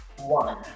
one